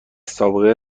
سابقه